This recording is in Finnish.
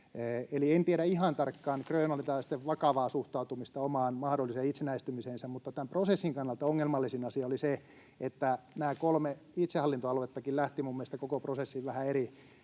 en tiedä ihan tarkkaan grönlantilaisten vakavaa suhtautumista omaan mahdolliseen itsenäistymiseensä, mutta tämän prosessin kannalta ongelmallisin asia oli se, että nämä kolme itsehallinto-aluettakin lähtivät minun mielestäni koko prosessiin vähän eri